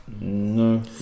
No